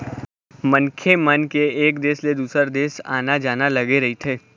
मनखे मन के एक देश ले दुसर देश आना जाना लगे रहिथे